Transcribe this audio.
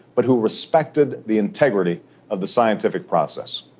but who respected the integrity of the scientific process.